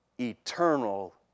eternal